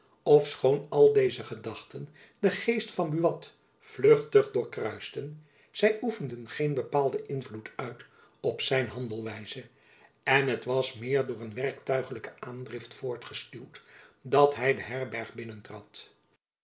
ofschoon al deze gedachten den geest van buat vluchtig doorkruisten zy oefenden geen bepaalden invloed uit op zijn handelwijze en het was meer door een werktuigelijke aandrift voortgestuwd dat hy de herberg